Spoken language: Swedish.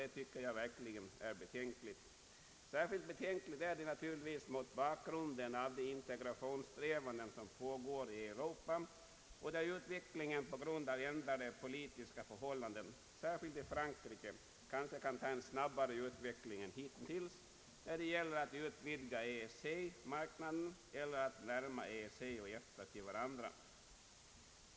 Detta tycker jag verkligen är betänkligt, särskilt mot bakgrunden av de integrationssträvanden som pågår i Europa där utvecklingen på grund av ändrade politiska förhållanden, speciellt i Frankrike, kanske kan bli snabbare än hittills när det gäller att utvidga EEC-markna den eller närma EEC och EFTA till varandra.